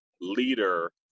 leader